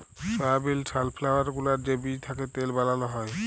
সয়াবিল, sunflower গুলার যে বীজ থ্যাকে তেল বালাল হ্যয়